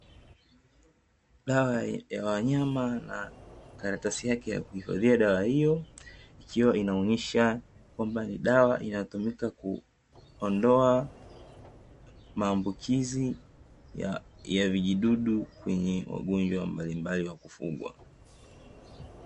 Dawa ya wanyama na karatasi yake ya kuhifadhia dawa hiyo, ikiwa inaonyesha kwamba ni dawa inayotumika kuondoa maambukizi ya vijidudu vyenye ugonjwa mbalimbali wa kufugwa.